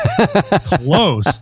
close